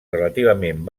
relativament